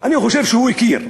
אני חושב שהוא הכיר,